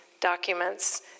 documents